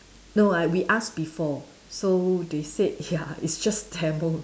no I we ask before so they said ya it's just demo